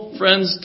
friends